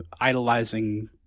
idolizing